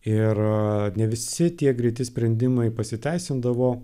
ir ne visi tie greiti sprendimai pasiteisindavo